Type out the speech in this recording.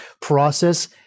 process